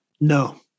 No